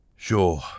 Sure